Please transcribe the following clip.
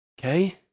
Okay